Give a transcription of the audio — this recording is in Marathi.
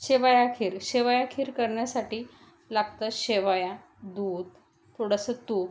शेवया खीर शेवया खीर करण्यासाठी लागतं शेवया दूध थोडंसं तूप